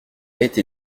été